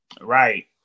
Right